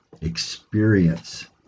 Experience